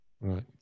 right